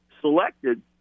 selected